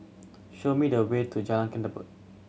show me the way to Jalan Ketumbit